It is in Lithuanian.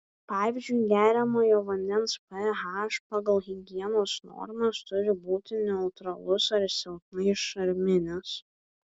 pavyzdžiui geriamojo vandens ph pagal higienos normas turi būti neutralus ar silpnai šarminis